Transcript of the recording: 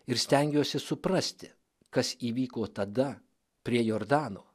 ir stengiuosi suprasti kas įvyko tada prie jordano